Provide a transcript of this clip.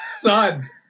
son